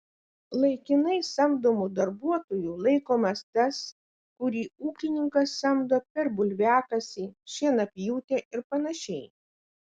laikinai samdomu darbuotoju laikomas tas kurį ūkininkas samdo per bulviakasį šienapjūtę ir panašiai